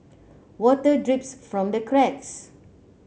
water drips from the cracks